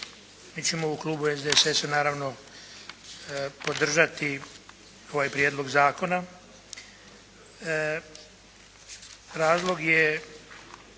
mi ćemo u Klubu SDSS-a naravno podržati ovaj Prijedlog zakona. Razlog je